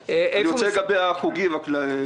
לגבי החוגים.